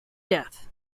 death